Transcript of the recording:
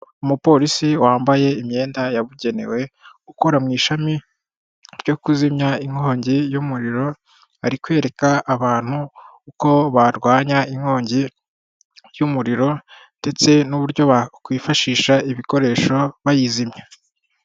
Umupolisi wambaye imyenda yabugenewe, ukora mu ishami ryo kuzimya inkongi y'umuriro, ari kwereka abantu uko barwanya inkongi y'umuriro ndetse n'uburyo bakwifashisha ibikoresho bayizimya.